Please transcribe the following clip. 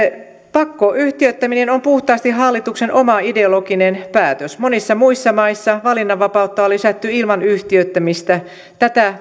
pakkoyhtiöittäminen on puhtaasti hallituksen oma ideologinen päätös monissa muissa maissa valinnanvapautta on lisätty ilman yhtiöittämistä tätä